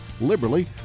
liberally